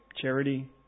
charity